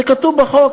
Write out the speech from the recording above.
זה כתוב בחוק.